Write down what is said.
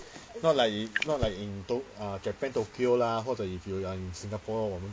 not like you not like you go japan tokyo 啦或者 if you are in singapore 我们这样